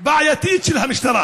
בעייתית של המשטרה